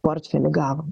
portfelį gavom